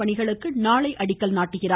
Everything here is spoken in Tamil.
பணிகளுக்கு நாளை அடிக்கல் நாட்டுகிறார்